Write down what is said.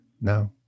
No